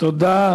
תודה